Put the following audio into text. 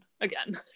again